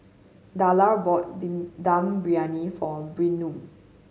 Darla bought Dum Briyani for Bynum